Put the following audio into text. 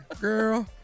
Girl